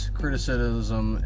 criticism